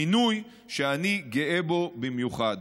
מינוי שאני גאה בו במיוחד.